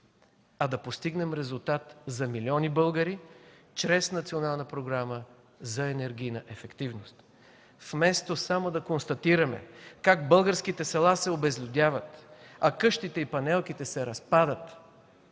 а да постигнем резултат за милиони българи, чрез Национална програма за енергийна ефективност. Вместо само да констатираме как българските села се обезлюдяват, а къщите и панелките се разпадат,